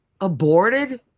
aborted